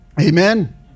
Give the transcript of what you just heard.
Amen